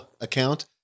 account